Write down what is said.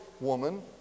woman